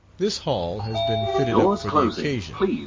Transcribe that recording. this hall has been fitted up for the occasion.